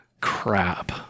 Crap